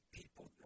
people